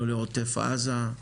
לא לעוטף עזה,